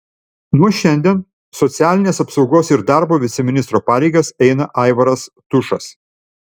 nuo šiandien socialinės apsaugos ir darbo viceministro pareigas eina aivaras tušas